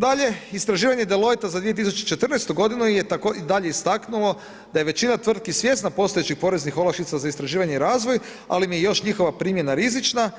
Dalje istraživanje De lojtra za 2014. g. je dalje istaknuo da je većina tvrtki svjesna postojećih poreznih olakšica za istraživanje i razvoj, ali im još njihova primjena rizična,